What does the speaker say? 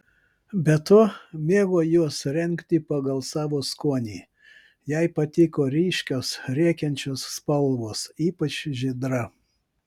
be to mėgo juos rengti pagal savo skonį jai patiko ryškios rėkiančios spalvos ypač žydra